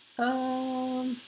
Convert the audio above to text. um